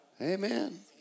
Amen